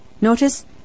Notice